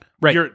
Right